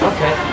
Okay